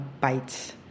bites